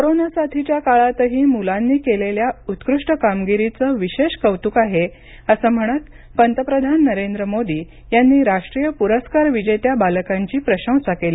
corona साथीच्या काळातही मुलांनी केलेल्या उत्कृष्ट कामगिरीचं विशेष कौतुक आहे असं म्हणत पंतप्रधान नरेंद्र मोदी यांनी राष्ट्रीय पुरस्कार विजेत्या बालकांची प्रशंसा केली